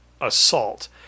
assault